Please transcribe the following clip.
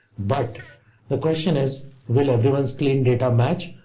but the question is will everyones clean data match?